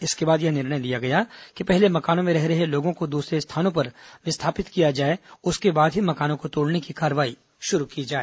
इसके बाद यह निर्णय लिया गया कि पहले मकानों में रह रहे लोगों को दूसरे स्थानों पर विस्थापित किया जाए उसके बाद ही मकानों को तोड़ने की कार्रवाई शुरू की जाए